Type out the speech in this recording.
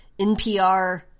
NPR